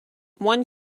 one